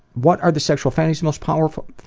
what are the sexual fantasies most powerful